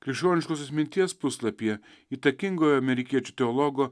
krikščioniškosios minties puslapyje įtakingojo amerikiečių teologo